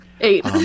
Eight